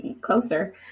Closer